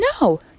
no